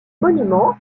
monument